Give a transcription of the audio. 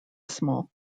small